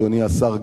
אדוני השר,